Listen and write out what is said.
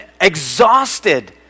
exhausted